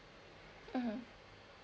mmhmm